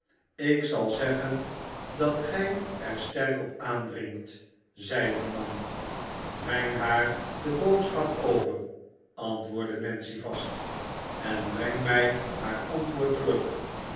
ik zal zeggen dat gij er sterk op aandringt zeide de man breng haar de boodschap over antwoordde nancy vast en breng mij haar antwoord terug